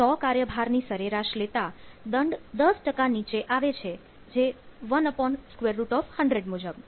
100 કાર્યભાર ની સરેરાશ લેતા દંડ 10 ટકા નીચે આવે છે 1100 મુજબ